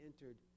entered